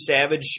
Savage